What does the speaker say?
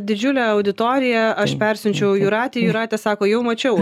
didžiulė auditorija aš persiunčiau jūratei jūratė sako jau mačiau